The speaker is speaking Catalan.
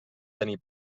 tenir